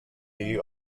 you